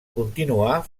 continuà